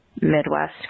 Midwest